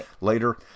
later